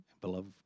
beloved